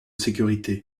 sécurité